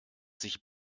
sich